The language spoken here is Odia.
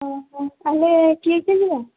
ତା'ହେଲେ କିଏ କିଏ ଯିବା